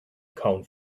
cone